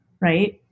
right